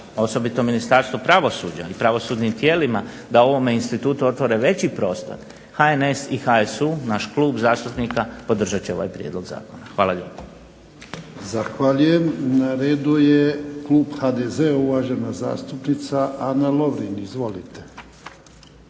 osobito Ministarstvu pravosuđa i pravosudnim tijelima da ovome institutu otvore veći prostor HNS-HSU naš Klub zastupnika podržat će ovaj prijedlog. Hvala lijepo. **Jarnjak, Ivan (HDZ)** Zahvaljujem. Na redu je klub HDZ-a, uvažena zastupnica Ana Lovrin. Izvolite.